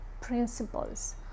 principles